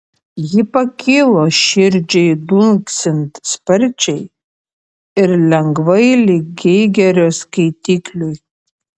ji pakilo širdžiai dunksint sparčiai ir lengvai lyg geigerio skaitikliui